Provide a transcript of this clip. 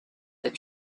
that